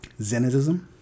zenism